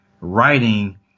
writing